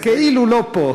כאילו הוא לא פה.